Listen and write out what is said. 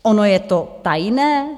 Ono je to tajné?